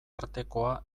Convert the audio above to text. artekoa